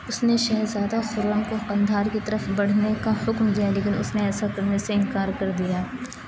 اس نے شہزادہ خرم کو قندھار کی طرف بڑھنے کا حکم دیا لیکن اس نے ایسا کرنے سے انکار کر دیا